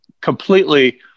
completely